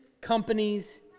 companies